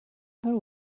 her